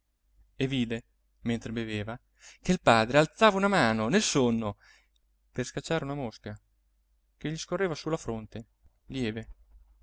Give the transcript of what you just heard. e vide mentre beveva che il padre alzava una mano nel sonno per scacciare una mosca che gli scorreva su la fronte lieve